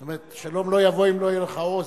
זאת אומרת, שלום לא יבוא אם לא יהיה לך עוז,